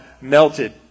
melted